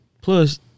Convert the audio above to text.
Plus